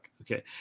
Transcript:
Okay